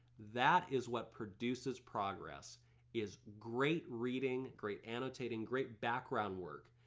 that is what produces progress is great reading, great annotating, great background work.